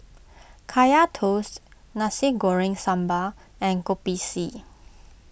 Kaya Toast Nasi Goreng Sambal and Kopi C